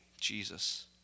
Jesus